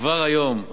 כבר היום,